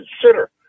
consider